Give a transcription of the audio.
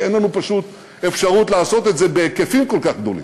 כי אין לנו פשוט אפשרות לעשות את זה בהיקפים כל כך גדולים.